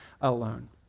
alone